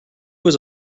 was